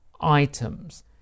items